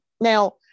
now